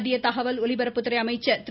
மத்திய தகவல் ஒலிபரப்புத்துறை அமைச்சர் திரு